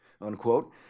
unquote